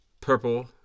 Purple